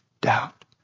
doubt